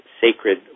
Sacred